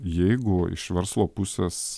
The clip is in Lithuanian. jeigu iš verslo pusės